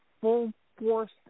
full-force